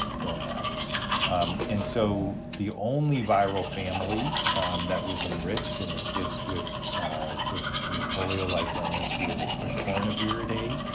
don't have and so, the only viral family that was enriched in the kids with with this polio like illness were the picornaviridae,